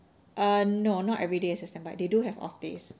err no not everyday is a standby they do have off days